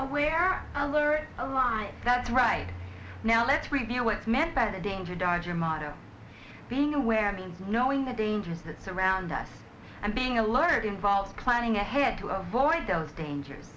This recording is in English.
aware alert ally that's right now let's review what's meant by the danger dodger motto being aware of and knowing the dangers that surround us and being alert involved planning ahead to avoid those dangers